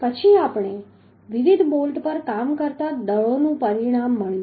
પછી આપણને વિવિધ બોલ્ટ પર કામ કરતા દળોનું પરિણામ મળ્યું